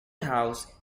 house